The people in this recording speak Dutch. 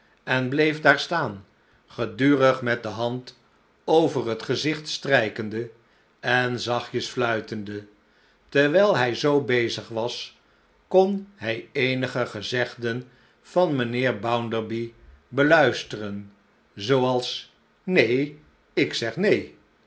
en bleef daar staan g edurtg me de hand over het gezicht strh'kende en zachtjes fluitende terwijl hij zoo bezig was kon hy eenige gezegden van mijnheer bounderby beluisteren zooals neen ik zeg neen